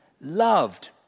loved